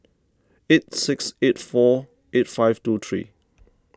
eight six eight four eight five two three